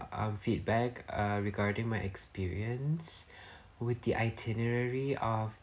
uh feedback uh regarding my experience with the itinerary of